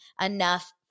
enough